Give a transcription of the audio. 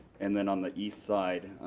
and then on the east side,